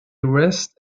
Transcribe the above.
rest